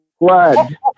blood